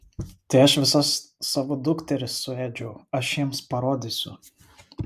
tai aš visas savo dukteris suėdžiau aš jiems parodysiu